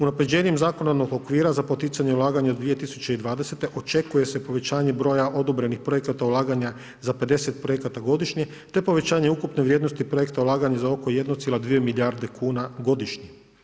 Unaprjeđenjem zakonodavnog okvira za poticanje ulaganja 2020. očekuje se povećanje broja odobrenih projekata ulaganja, za 50 projekata godišnje, te povećanje ukupne vrijednosti projekta ulaganja za oko 1,2 milijarde kuna godišnje.